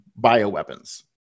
bioweapons